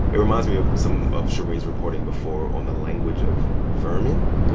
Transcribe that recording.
it reminds me of some of shereen's reporting before on the language of vermin,